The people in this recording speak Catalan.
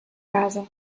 casa